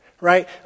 Right